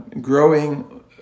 growing